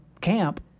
camp